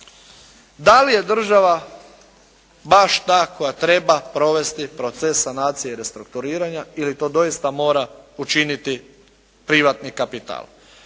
da li je država baš ta koja treba provesti proces sanacije i restrukturiranja ili to doista mora učiniti privatni kapital?